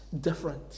different